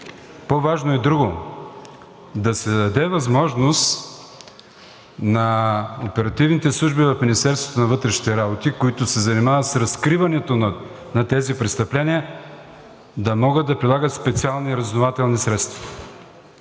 по-важно е друго – да се даде възможност на оперативните служби в Министерството на вътрешните работи, които се занимават с разкриването на тези престъпления, да могат да прилагат специални разузнавателни средства.